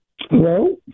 Hello